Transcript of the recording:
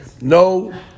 no